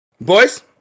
Boys